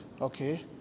okay